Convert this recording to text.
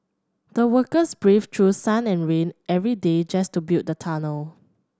the workers braved through sun and rain every day just to build the tunnel